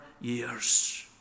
years